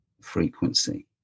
frequency